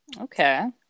Okay